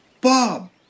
Bob